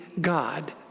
God